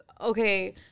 Okay